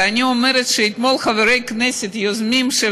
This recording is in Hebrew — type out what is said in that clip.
ואני אומרת שאתמול חברי הכנסת היוזמים של